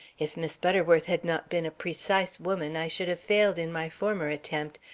if miss butterworth had not been a precise woman, i should have failed in my former attempt,